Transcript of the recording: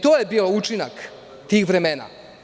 To je bio učinak tih vremena.